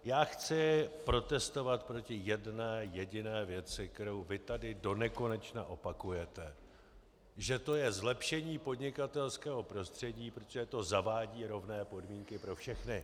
Já chci protestovat proti jedné jediné věci, kterou vy tady donekonečna opakujete, že to je zlepšení podnikatelského prostředí, protože to zavádí rovné podmínky pro všechny.